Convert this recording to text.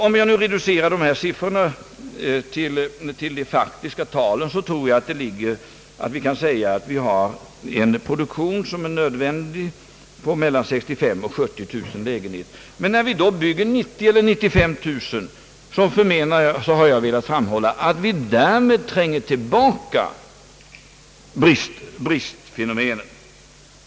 Om jag nu reducerar dessa siffror till de faktiska talen, så tror jag att vi kan säga att vi har en produktion som är nödvändig — på mellan 635000 och 70 000 lägenheter. Men när vi då bygger 90000 eller 95 000, har jag velat framhålla att vi därmed tränger tillbaka bristfenomenen.